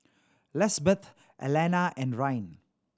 Lisbeth Allena and Ryne